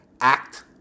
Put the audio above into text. act